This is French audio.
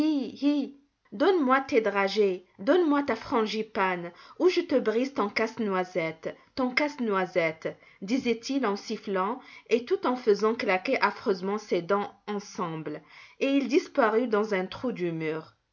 donne-moi tes dragées donne-moi ta frangipane ou je te brise ton casse-noisette ton casse-noisette disait-il en sifflant et tout en faisant claquer affreusement ses dents ensemble et il disparut dans un trou du mur